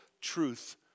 truth